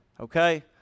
okay